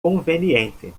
conveniente